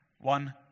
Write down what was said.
One